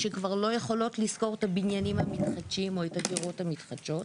שכבר לא יכולות לשכור את הבניינים המתחדשים או את הדירות המתחדשות,